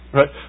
right